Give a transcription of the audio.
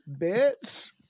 bitch